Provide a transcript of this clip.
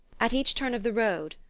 at each turn of the road,